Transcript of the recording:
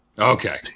Okay